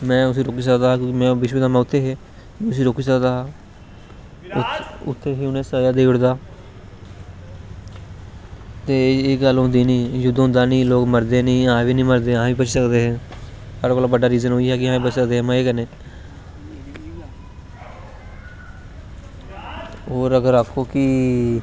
में उसी रोकी सकदा हा क्योंकि भीश्मपितामह उत्थें में उसी रोकी सकदा हा में उनेंगी सज़ा देई सकदा हा ते एह् गल्ल होंदी नी युध्द होंदा नी लोग मरदे नी एह् बी नी मरदे अस बची सकदे हे सारें कोला दा बड्डा रिज़न इयो ऐ कि बचा सकदे हे मज़े कन्नैं होर अगर आक्खो कि